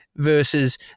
Versus